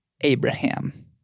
Abraham